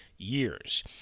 Years